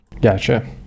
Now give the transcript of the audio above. Gotcha